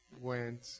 went